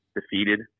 defeated